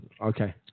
Okay